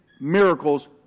miracles